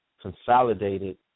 consolidated